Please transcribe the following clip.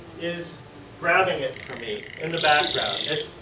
is grabbing it for me in the background. it's.